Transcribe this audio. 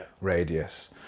radius